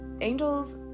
Angels